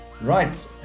Right